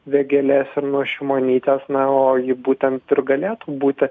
vėgėlės ir nuo šimonytės na o ji būtent ir galėtų būti